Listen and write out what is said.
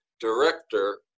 director